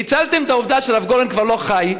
ניצלתם את העובדה שהרב גורן כבר לא חי,